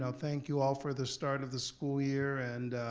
ah thank you all for the start of the school year and